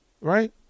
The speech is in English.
Right